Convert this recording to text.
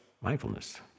mindfulness